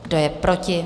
Kdo je proti?